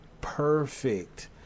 perfect